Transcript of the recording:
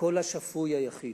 "הקול השפוי היחיד".